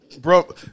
bro